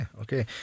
okay